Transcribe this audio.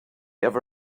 ever